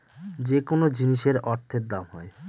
যেকোনো জিনিসের অর্থের দাম হয়